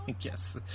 Yes